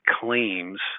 claims